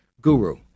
guru